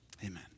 Amen